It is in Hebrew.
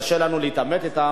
קשה לנו להתעמת אתן.